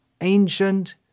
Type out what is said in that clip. ancient